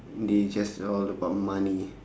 they just all about money